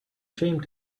ashamed